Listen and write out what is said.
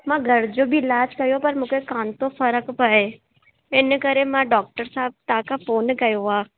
मां घर जो बि इलाज कयो पर मूंखे कोन्ह तो फ़र्कु पए इन करे मां डॉक्टर साहब तव्हां खां फ़ोन कयो आहे